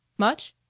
much?